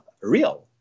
real